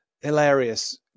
hilarious